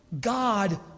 God